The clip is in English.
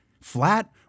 flat